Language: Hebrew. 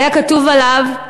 היה כתוב עליו: